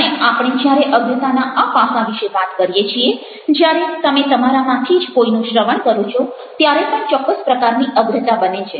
અને આપણે જ્યારે અગ્રતાના આ પાસા વિશે વાત કરીએ છીએ જ્યારે તમે તમારામાંથી જ કોઈનું શ્રવણ કરો છો ત્યારે પણ ચોક્કસ પ્રકારની અગ્રતા બને છે